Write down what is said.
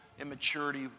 immaturity